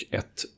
ett